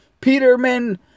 Peterman